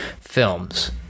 films